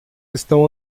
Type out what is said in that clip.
estão